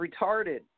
retarded